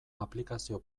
aplikazio